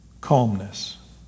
calmness